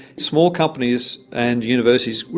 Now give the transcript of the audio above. small companies and universities,